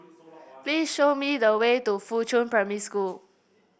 please show me the way to Fuchun Primary School